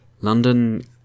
London